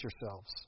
yourselves